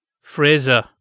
Fraser